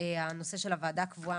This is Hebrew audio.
הנושא של הוועדה הקבועה,